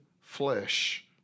flesh